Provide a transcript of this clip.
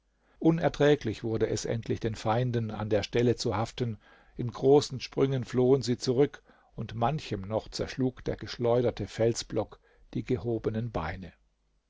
unerträglich wurde es endlich den feinden an der stelle zu haften in großen sprüngen flohen sie zurück und manchem noch zerschlug der geschleuderte felsblock die gehobenen beine